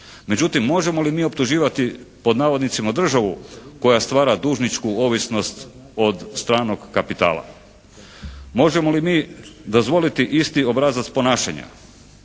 Međutim možemo li mi optuživati pod navodnicima državu koja stvara dužničku ovisnost od stranog kapitala? Možemo li mi dozvoliti isti obrazac ponašanja?